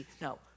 No